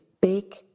big